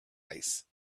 ice